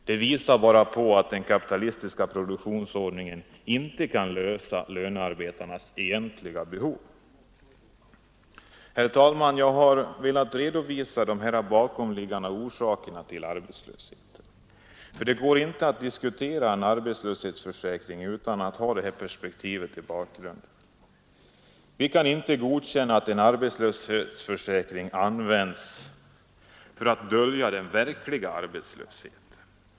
Den visar bara att den kapitalistiska produktionsordningen inte kan lösa lönearbetarnas egentliga behov. Herr talman! Jag har velat redovisa de bakomliggande orsakerna till arbetslösheten. Det går nämligen inte att diskutera en arbetslöshetsförsäkring utan att ha detta perspektiv i bakgrunden. Vi kan inte godkänna att en arbetslöshetsförsäkring används för att dölja den verkliga arbetslösheten.